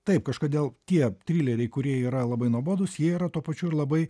taip kažkodėl tie trileriai kurie yra labai nuobodūs jie yra tuo pačiu ir labai